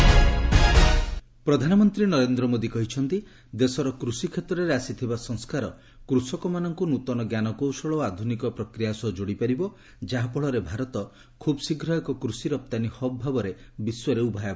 PM ପ୍ରଧାନମନ୍ତ୍ରୀ ନରେନ୍ଦ୍ର ମୋଦୀ କହିଛନ୍ତି ଦେଶର କୃଷି କ୍ଷେତ୍ରରେ ଆସିଥିବା ସଂସ୍କାର କୃଷକମାନଙ୍କୁ ନୂତନ ଜ୍ଞାନକୌଶଳ ଓ ଆଧୁନିକ ପ୍ରକ୍ରିୟା ସହ ଯୋଡ଼ିପାରିବ ଯାହାଫଳରେ ଭାରତ ଖୁବ୍ ଶୀଘ୍ର ଏକ କୃଷି ରପ୍ତାନୀ ହବ୍ ଭାବରେ ବିଶ୍ୱରେ ଉଭା ହେବ